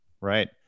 right